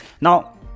Now